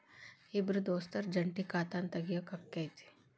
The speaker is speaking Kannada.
ಇಬ್ರ ದೋಸ್ತರ ಜಂಟಿ ಖಾತಾನ ತಗಿಯಾಕ್ ಆಕ್ಕೆತಿ?